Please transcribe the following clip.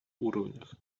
уровнях